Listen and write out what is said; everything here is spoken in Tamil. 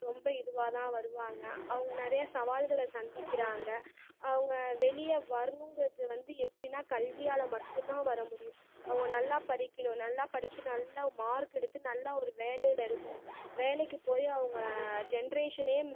ரொம்ப இதுவாக தான் வருவாங்க அவங்க நிறையா சவால்களை சந்திக்கிறாங்க அவங்க வெளியே வரனுங்குறது வந்து எப்படினா கல்வியால் மட்டுந்தான் வர முடியும் அவங்க நல்லா படிக்கணும் நல்லா படித்து நல்லா ஒரு மார்க் எடுத்து நல்லா ஒரு வேலைல இருக்கணும் வேலைக்குப் போய் அவங்க ஜென்ரேசனே